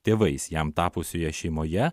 tėvais jam tapusioje šeimoje